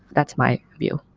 that's my view